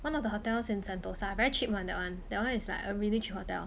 one of the hotels in sentosa very cheap one that one that one is like a cheap hotel